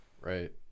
Right